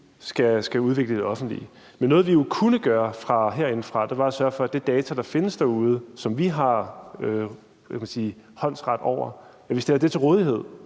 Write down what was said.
skal udvikle i det offentlige. Men noget, vi jo kunne gøre herinde fra, var at sørge for, at den data, som findes derude, og som vi har håndsret over, kan man sige, stilles til rådighed